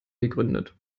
gegründet